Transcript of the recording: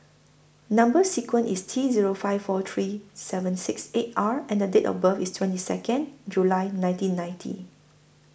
Number sequence IS T Zero five four three seven six eight R and The Date of birth IS twenty Second July nineteen ninety